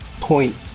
point